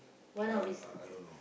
uh uh I don't know